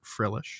frillish